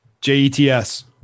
J-E-T-S